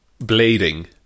blading